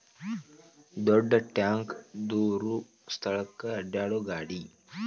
ದೊಡ್ಡ ಟ್ಯಾಂಕ ದೂರ ಸ್ಥಳಕ್ಕ ಅಡ್ಯಾಡು ಗಾಡಿ